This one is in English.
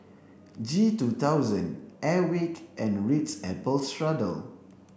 G two thousand Airwick and Ritz Apple Strudel